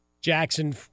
Jackson